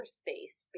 space